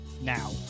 Now